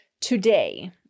Today